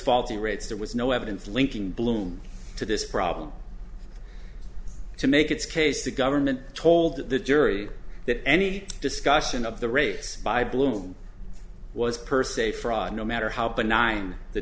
faulty rates there was no evidence linking bloom to this problem to make its case the government told the jury that any discussion of the race by bloom was per se fraud no matter how benign the